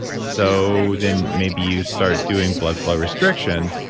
so then maybe you start doing blood flow restriction.